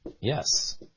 Yes